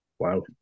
Wow